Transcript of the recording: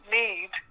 need